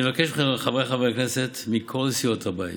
אני מבקש מכם, חבריי חברי הכנסת מכל סיעות הבית,